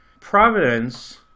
Providence